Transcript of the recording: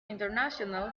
international